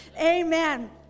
Amen